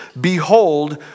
Behold